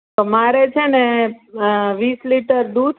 તો મારે છે ને વીસ લિટર દૂધ